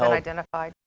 um identify.